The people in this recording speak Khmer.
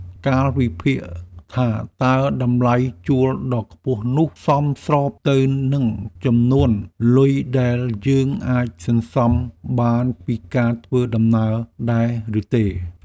ការវិភាគថាតើតម្លៃជួលដ៏ខ្ពស់នោះ សមស្របទៅនឹងចំនួនលុយដែលយើងអាចសន្សំបានពីការធ្វើដំណើរដែរឬទេ។